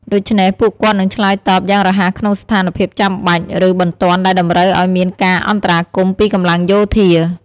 ដូច្នេះ ពួកគាត់នឹងឆ្លើយតបយ៉ាងរហ័សក្នុងស្ថានភាពចាំបាច់ ឬបន្ទាន់ដែលតម្រូវឲ្យមានការអន្តរាគមន៍ពីកម្លាំងយោធា។